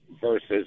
versus